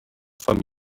for